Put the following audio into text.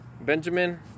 Benjamin